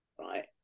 right